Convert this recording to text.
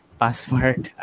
password